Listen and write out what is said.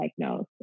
diagnosed